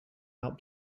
out